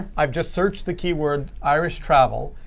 i've just searched the keyword irish travel.